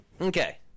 Okay